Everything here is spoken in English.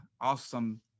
awesome